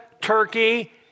Turkey